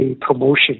promotion